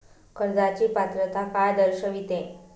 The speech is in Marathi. कर्जाची पात्रता काय दर्शविते?